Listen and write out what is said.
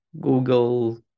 Google